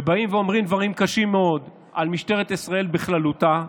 שבאים ואומרים דברים קשים מאוד על משטרת ישראל בכללותה,